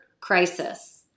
crisis